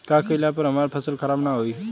का कइला पर हमार फसल खराब ना होयी?